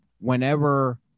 whenever